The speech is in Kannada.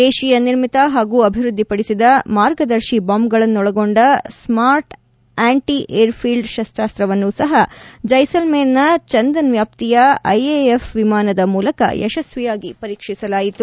ದೇಶೀಯ ನಿರ್ಮಿತ ಹಾಗೂ ಅಭಿವೃದ್ದಿಪಡಿಸಿದ ಮಾರ್ಗದರ್ಶಿ ಬಾಂಬ್ಗಳನ್ನೊಳಗೊಂಡ ಸ್ಟಾಟ್ ಆಂಟ ಏರ್ಫೀಲ್ಡ್ ಶಸ್ತಾಸ್ತ ವನ್ನು ಸಹ ಜೈಸಲ್ಲೇರ್ನ ಚಂದನ್ ವ್ಯಾಪ್ತಿಯ ಐಎಎಫ್ ವಿಮಾನದ ಮೂಲಕ ಯಶಸ್ವಿಯಾಗಿ ಪರೀಕ್ಷಿಸಲಾಯಿತು